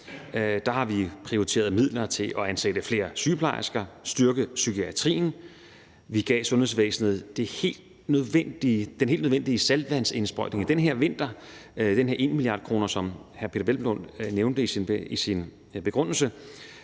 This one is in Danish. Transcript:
Der har vi prioriteret midler til at ansætte flere sygeplejersker og styrke psykiatrien. Vi gav sundhedsvæsenet den helt nødvendige saltvandsindsprøjtning i den her vinter – den her ene milliard kroner, som hr. Peder Hvelplund nævnte i sin begrundelse